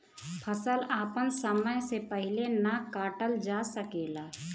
फसल आपन समय से पहिले ना काटल जा सकेला